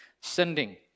Sending